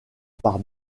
part